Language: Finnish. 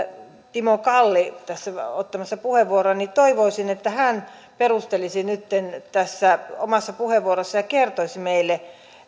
timo kalli ottamassa puheenvuoroa niin toivoisin että hän perustelisi tässä omassa puheenvuorossaan ja kertoisi meille